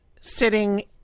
sitting